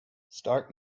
stark